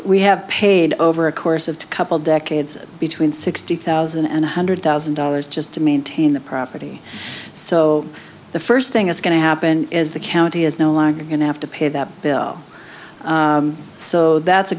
we have paid over a course of the couple decades between sixty thousand and one hundred thousand dollars just to maintain the property so the first thing is going to happen is the county is no longer going to have to pay that bill so that's a